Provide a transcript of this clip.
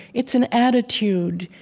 it's an attitude.